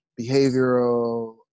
behavioral